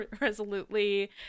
resolutely